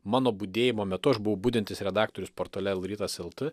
mano budėjimo metu aš buvau budintis redaktorius portale lrytas lt